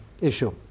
issue